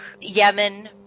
Yemen